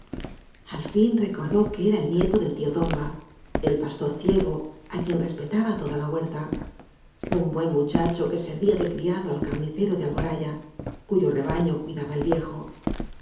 al fin recordó que era el nieto del tío tomba el pastor ciego á quien respe taba toda la huerta un buen muchacho que servía de criado al car nicero de alboraya cuyo rebaño cuidaba el viejo